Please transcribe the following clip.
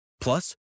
Plus